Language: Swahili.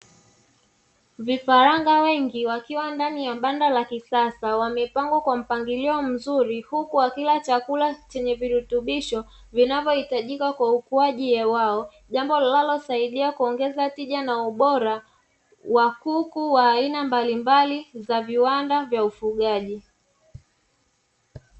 Vifaranga wengi wakiwa ndani ya banda la kisasa, wamepangwa kwa mpangilio mzuri huku wakila chakula chenye virutubisho vinavyohitajika kwa ukuaji wao jambo linalosaidia kuongeza tija na ubora wa kuku wa aina mbalimbali za viwanda vya ufugaji.